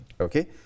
Okay